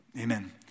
amen